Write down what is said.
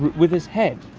with his head?